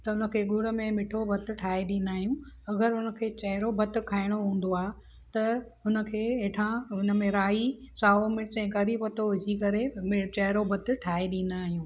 त हुनखे गुड़ में मिठो भतु ठाहे ॾींदा आहियूं अगरि हुनखे चहिरो भतु खाइणो हूंदो आहे त हुनखे हेठां हुन में राई साओ मिर्च ऐं करी पतो विझी करे चहिरो भतु ठाहे ॾींदा आहियूं